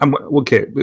Okay